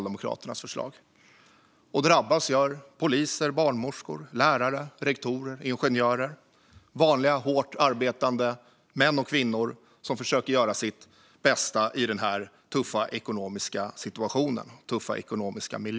De som drabbas är poliser, barnmorskor, lärare, rektorer, ingenjörer - vanliga hårt arbetande män och kvinnor som försöker att göra sitt bästa i den här tuffa ekonomiska situationen.